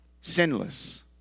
sinless